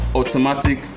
automatic